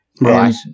Right